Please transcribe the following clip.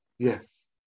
Yes